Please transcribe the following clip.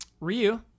Ryu